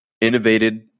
innovated